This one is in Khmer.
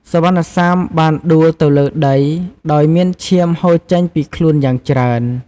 សុវណ្ណសាមបានដួលទៅលើដី ដោយមានឈាមហូរចេញពីខ្លួនយ៉ាងច្រើន។